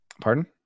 pardon